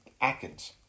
Atkins